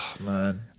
man